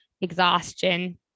exhaustion